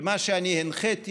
ומה שאני הנחיתי,